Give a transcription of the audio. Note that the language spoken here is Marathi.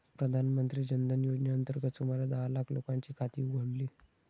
प्रधानमंत्री जन धन योजनेअंतर्गत सुमारे दहा लाख लोकांची खाती उघडली